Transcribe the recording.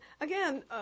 again